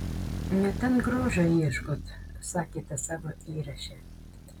ne ten grožio ieškot sakėte savo įraše